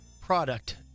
product